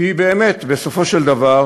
כי באמת בסופו של דבר